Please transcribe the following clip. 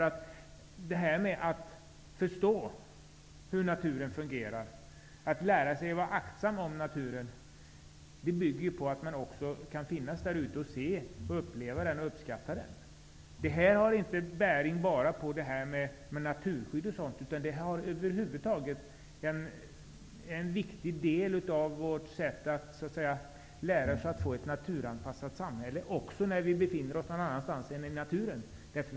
Att förstå hur naturen fungerar, att lära sig att vara aktsam om naturen, bygger på att man kan vistas i naturen, att man kan se och uppleva den och uppskatta den. Det här har inte bäring bara på naturskydd och liknande, utan det är över huvud taget ett viktigt inslag när det gäller att lära oss att få ett naturanpassat samhälle, också när vi befinner oss någon annanstans än i naturen.